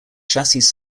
chassis